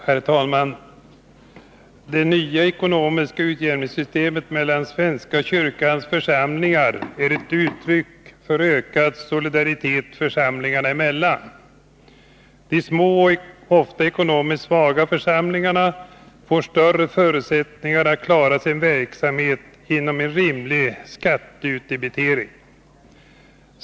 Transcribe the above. Herr talman! Det nya systemet för ekonomisk utjämning mellan svenska kyrkans församlingar är ett uttryck för ökad solidaritet församlingarna emellan. De små och ofta ekonomiskt svaga församlingarna får större förutsättningar att klara sin verksamhet inom en rimlig skatteutdebitering.